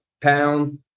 pound